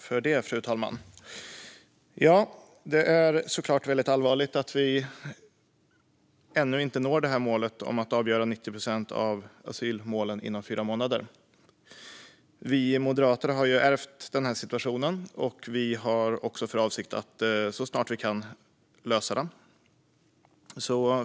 Fru talman! Det är såklart väldigt allvarligt att vi ännu inte når målet att avgöra 90 procent av asylmålen inom fyra månader. Vi i Moderaterna har ärvt denna situation, och vi har också för avsikt att så snart vi kan lösa den.